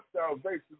salvation